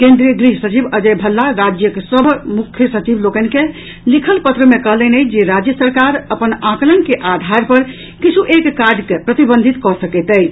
केन्द्रीय गृह सचिव अजय भल्ला राज्य सभक मुख्य सचिव लोकनि के लिखल पत्र मे कहलनि अछि जे राज्य सरकार अपन आकलन के आधार पर किछु एक काज के प्रतिबंधित कऽ सकैत अछि